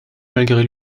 malgré